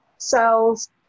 cells